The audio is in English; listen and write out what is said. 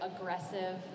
aggressive